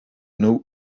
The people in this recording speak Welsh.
nhw